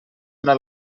una